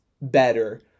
better